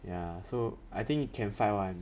ya so I think you can find [one]